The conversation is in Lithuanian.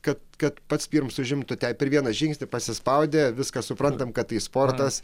kad kad pats pirms užimtų ten per vieną žingsnį pasispaudė viską suprantam kad tai sportas